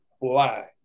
fly